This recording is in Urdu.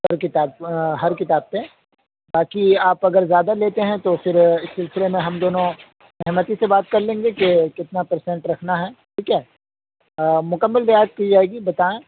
ہر کتاب ہر کتاب پہ باقی آپ اگر زیادہ لیتے ہیں تو پھر اس سلسلے میں ہم دونوں سہمتی سے بات کر لیں گے کہ کتنا پر سینٹ رکھنا ہے ٹھیک ہے مکمل رعایت کی جائے گی بتائیں